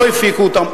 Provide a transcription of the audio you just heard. לא הפיקו אותם,